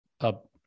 up